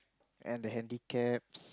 and the handicaps